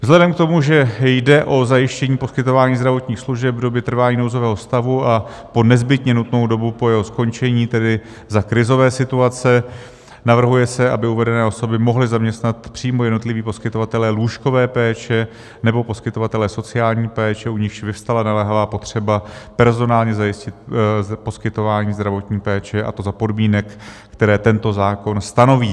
Vzhledem k tomu, že jde o zajištění poskytování zdravotních služeb v době trvání nouzového stavu a po nezbytně nutnou dobu po jeho skončení, tedy za krizové situace, navrhuje se, aby uvedené osoby mohli zaměstnat přímo jednotliví poskytovatelé lůžkové péče nebo poskytovatelé sociální péče, u nichž vyvstala naléhavá potřeba personálně zajistit poskytování zdravotní péče, a to za podmínek, které tento zákon stanoví.